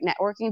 networking